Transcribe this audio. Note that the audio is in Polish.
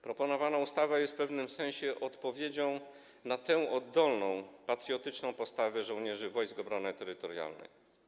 Proponowana ustawa jest w pewnym sensie odpowiedzią na tę oddolną patriotyczną postawę żołnierzy Wojsk Obrony Terytorialnej.